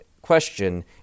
question